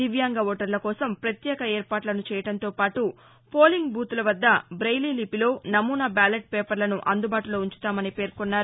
దివ్యాంగ ఓటర్ల కోసం పత్యేక ఏర్పాట్లను చేయడంతో పాటు పోలింగ్ బూత్హోల వద్ద బెయిలీ లిపిలో నమూనా బ్యాలెట్ పేపర్లను అందుబాటులో ఉంచుతామని పేర్కొన్నారు